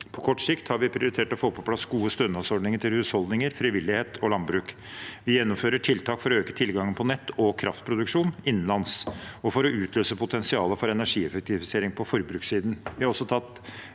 sikt har vi prioritert å få på plass gode stønadsordninger til husholdninger, frivillighet og landbruk. Vi gjennomfører tiltak for å øke tilgangen på nett og kraftproduksjon innenlands og for å utløse potensialet for energieffektivisering på forbrukssiden.